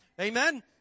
Amen